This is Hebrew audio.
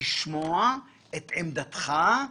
לשמוע את עמדתך.